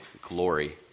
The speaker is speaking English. Glory